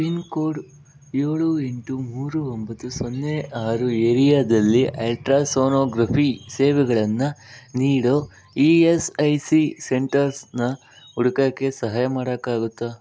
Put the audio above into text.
pin code ಏಳು ಎಂಟು ಮೂರು ಒಂಬತು ಸೊನ್ನೆ ಆರು ಏರಿಯಾದಲ್ಲಿ ಅಲ್ಟ್ರಾ ಸೋನೋಗ್ರಫಿ ಸೇವೆಗಳನ್ನು ನೀಡೋ ಈ ಎಸ್ ಐ ಸಿ ಸೆಂಟರ್ಸ್ನ ಹುಡ್ಕೋಕೆ ಸಹಾಯ ಮಾಡೋಕ್ಕಾಗುತ್ತ